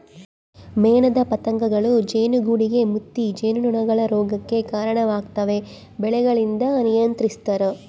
ಮೇಣದ ಪತಂಗಗಳೂ ಜೇನುಗೂಡುಗೆ ಮುತ್ತಿ ಜೇನುನೊಣಗಳ ರೋಗಕ್ಕೆ ಕರಣವಾಗ್ತವೆ ಬೆಳೆಗಳಿಂದ ನಿಯಂತ್ರಿಸ್ತರ